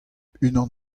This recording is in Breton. unan